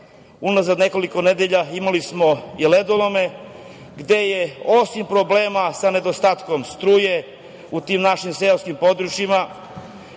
unazad nekoliko nedelja imali smo i ledolome, gde je osim problema sa nedostatkom struje u tim našim seoskim područjima